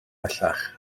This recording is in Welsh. bellach